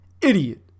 Idiot